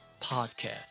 podcast